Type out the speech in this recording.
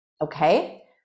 okay